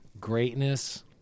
Greatness